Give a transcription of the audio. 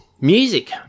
music